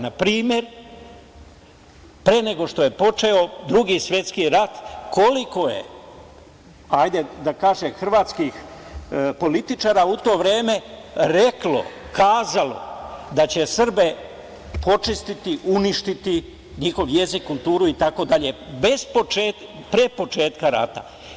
Na primer, pre nego što je počeo Drugi svetski rat koliko je, hajde da kažem, hrvatskih političara u to vreme reklo, kazalo da će Srbe počistiti, uništiti njihov jezik, kulturu itd. pre početka rata.